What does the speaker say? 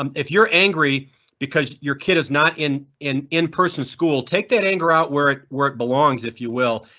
um if you're angry because your kid is not in in in person school, take that anger out where. work belongs if you will,